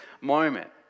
moment